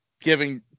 giving